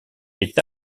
est